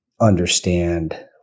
understand